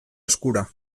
eskura